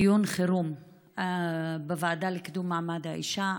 דיון חירום בוועדה לקידום מעמד האישה,